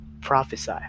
prophesy